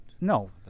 No